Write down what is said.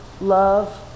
love